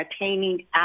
attaining